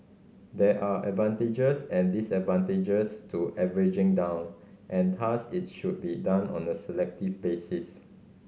there are advantages and disadvantages to averaging down and thus it should be done on a selective basis